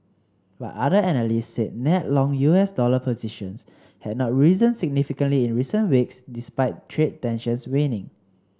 but other analysts said net long U S dollar positions had not risen significantly in recent weeks despite trade tensions waning